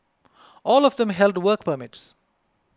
all of them held work permits